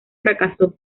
fracasó